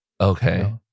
Okay